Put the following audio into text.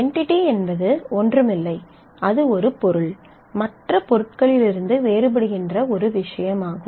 entity என்பது ஒன்றும் இல்லை அது ஒரு பொருள் மற்ற பொருட்களிலிருந்து வேறுபடுகின்ற ஒரு விஷயம் ஆகும்